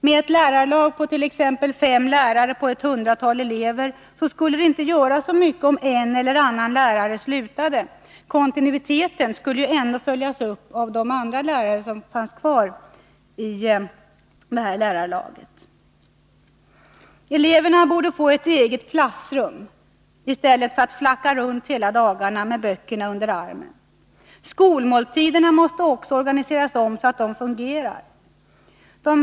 Med ett lärarlag på t.ex. fem lärare på ett hundratal elever skulle det inte göra så mycket om en eller annan lärare slutade. Kontinuiteten skulle ju ändå följas upp av de andra lärarna som fanns kvar i lärarlaget. Eleverna borde få ett eget klassrum i stället för att flacka runt hela dagarna med böckerna under armen. Skolmåltiderna måste också organiseras om, så att de fungerar.